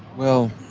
well,